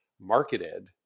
marketed